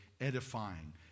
edifying